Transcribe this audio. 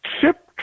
Chip